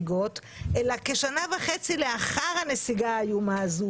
כשנה וחצי לאחר הנסיגה האיומה הזאת,